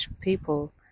people